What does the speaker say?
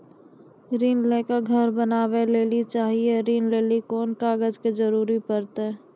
ऋण ले के घर बनावे लेली चाहे या ऋण लेली कोन कागज के जरूरी परतै?